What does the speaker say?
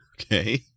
okay